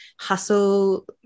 hustle